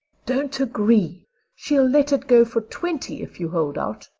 don't agree she'll let it go for twenty if you hold out.